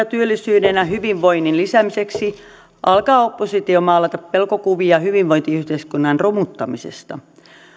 työllisyyden ja hyvinvoinnin lisäämiseksi alkaa oppositio maalata pelkokuvia hyvinvointiyhteiskunnan romuttamisesta